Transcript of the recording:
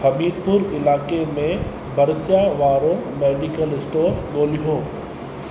हमीरपुर इलाइके़ में भरिसां वारो मेडिकल स्टोर ॻोल्हियो